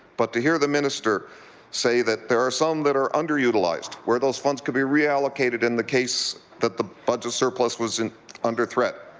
but to hear the minister say that there are some that are underutilized, where those fund could be re-allocated in the case that the budget surplus was under threat,